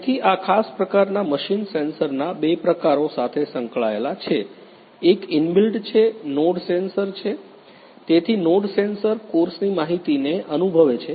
તેથી આ ખાસ પ્રકારના મશીન સેન્સરના બે પ્રકારો સાથે સંકળાયેલા છે એક ઇનબિલ્ટ કે નોડ સેન્સર છે તેથી નોડ સેન્સર કોર્સની માહિતીને અનુભવે છે